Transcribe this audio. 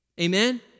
Amen